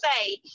say